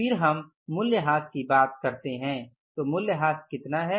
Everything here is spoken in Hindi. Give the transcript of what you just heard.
फिर हम मूल्यह्रास की बात करते हैं तो मूल्यह्रास कितना है